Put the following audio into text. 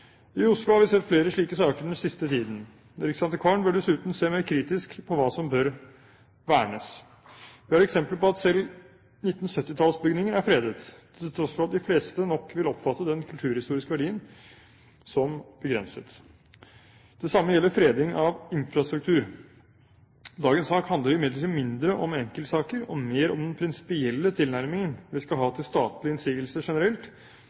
I Oslo har vi sett flere slike saker den siste tiden. Riksantikvaren bør dessuten se mer kritisk på hva som bør vernes. Vi har eksempler på at selv 1970-tallsbygninger er fredet, til tross for at de fleste nok vil oppfatte den kulturhistoriske verdien som begrenset. Det samme gjelder fredning av infrastruktur. Dagens sak handler imidlertid mindre om enkeltsaker og mer om den prinsipielle tilnærmingen vi skal ha til statlige innsigelser generelt